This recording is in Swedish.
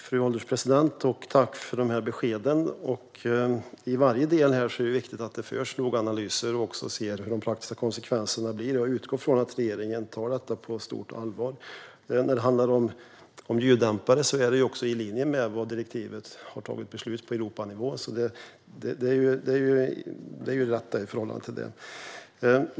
Fru ålderspresident! Jag tackar för beskeden. I varje del är det viktigt att det görs noggranna analyser av de praktiska konsekvenserna. Jag utgår från att regeringen tar detta på stort allvar. När det handlar om ljuddämpare är det i linje med det direktiv som har beslutats på Europanivå, så det är riktigt i förhållande till detta.